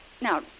Now